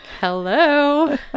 hello